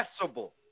accessible